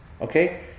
Okay